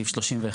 סעיף 31,